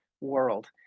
world